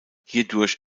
hierdurch